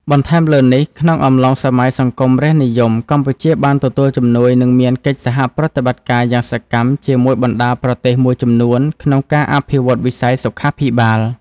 បន្ថែមលើនេះ ក្នុងអំឡុងសម័យសង្គមរាស្រ្តនិយម កម្ពុជាបានទទួលជំនួយ និងមានកិច្ចសហប្រតិបត្តិការយ៉ាងសកម្មជាមួយបណ្តាប្រទេសមួយចំនួន ក្នុងការអភិវឌ្ឍវិស័យសុខាភិបាល។